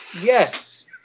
yes